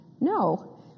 No